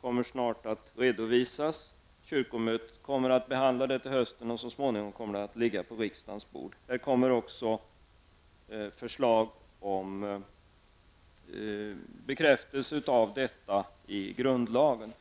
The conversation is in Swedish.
kommer snart att redovisas. Kyrkomötet kommer att behandla ärendet till hösten och så småningom kommer det till riksdagens bord. Det kommer också förslag om bekräftelse av detta i grundlagen.